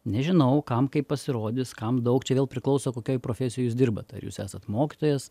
nežinau kam kaip pasirodys kam daug čia vėl priklauso kokioj profesijoj jūs dirbat ar jūs esat mokytojas